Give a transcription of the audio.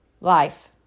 life